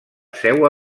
seua